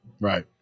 Right